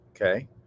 okay